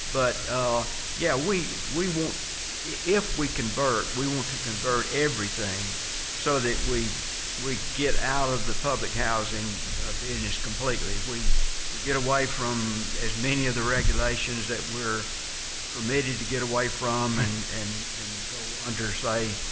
but ah yeah, we we want if we convert, we want to convert everything so that we we get out of the public housing business completely. we we get away from as many of the regulations that we're permitted to get away from, and and and go under, say,